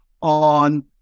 on